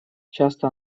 часто